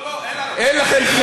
אין לנו.